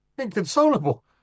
inconsolable